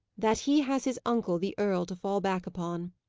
that he has his uncle, the earl, to fall back upon.